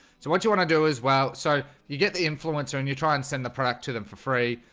so what you want to do is well so you get the influencer and you try and send the product to them for free?